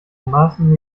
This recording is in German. maßen